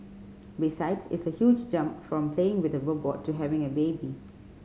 besides it's a huge jump from playing with a robot to having a baby